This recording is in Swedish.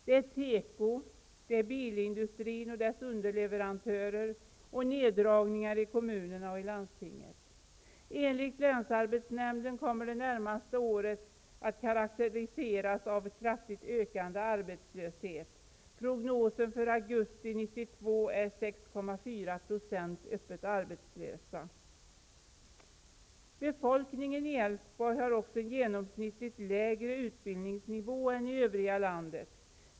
Det är teko, bilindustrin med dess underleverantörer samt neddragningar i kommunerna och i landstinget. Enligt länsarbetsnämnden kommer det närmaste året att karaktäriseras av en kraftigt ökande arbetslöshet. Prognosen för augusti 1992 är 6,4 % öppet arbetslösa. Befolkningen i Älvsborg har också en genomsnittligt lägre utbildningsnivå än i övriga landet.